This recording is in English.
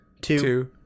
two